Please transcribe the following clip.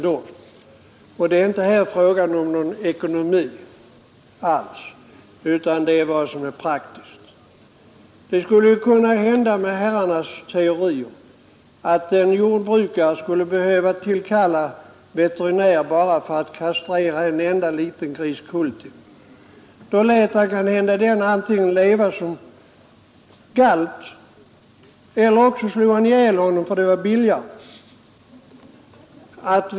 Det är inte alls fråga om ekonomi utan om vad som är praktiskt. Det skulle ju kunna hända enligt herrarnas teorier att en jordbrukare behövde tillkalla veterinär för att kastrera en enda liten griskulting. Då lät han den kanske leva som galt, eller också slog han ihjäl den därför att det var billigare.